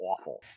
awful